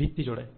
ভিত্তি জোড়ায়